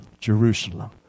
Jerusalem